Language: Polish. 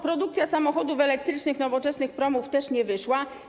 Produkcja samochodów elektrycznych, nowoczesnych promów też nie wyszła.